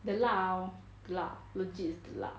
the 辣 lor the 辣 legit is the 辣